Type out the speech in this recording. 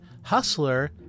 Hustler